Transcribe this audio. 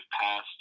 past